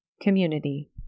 community